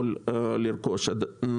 הם